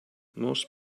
most